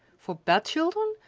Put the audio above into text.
for bad children,